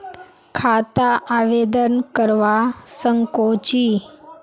खाता आवेदन करवा संकोची?